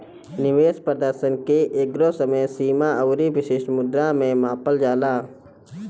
निवेश प्रदर्शन के एकगो समय सीमा अउरी विशिष्ट मुद्रा में मापल जाला